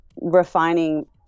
refining